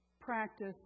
practice